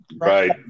Right